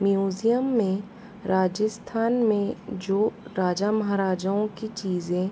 museum में राजस्थान में जो राजा महाराजाओं की चीज़ें